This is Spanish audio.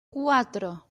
cuatro